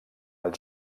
els